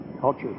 culture